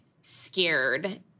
scared